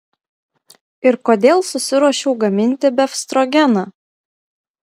ir kodėl susiruošiau gaminti befstrogeną